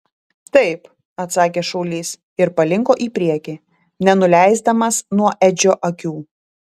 taip atsakė šaulys ir palinko į priekį nenuleisdamas nuo edžio akių